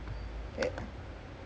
O_M_G its fernandes